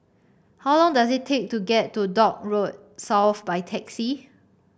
how long does it take to get to Dock Road South by taxi